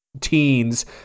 teens